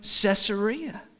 Caesarea